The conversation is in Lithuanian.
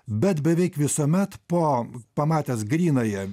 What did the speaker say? bet beveik visuomet po pamatęs grynąją